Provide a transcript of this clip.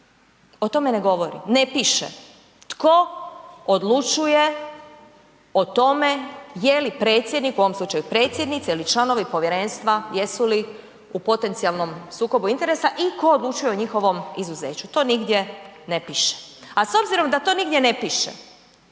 o tome ne govori, ne piše. Tko odlučuje o tome jeli predsjednik u ovom slučaju predsjednica ili članovi povjerenstva jesu li u potencijalnom sukobu interesa i tko odlučuje o njihovom izuzeću, to nigdje ne piše. A s obzirom da to nigdje ne piše